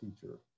teacher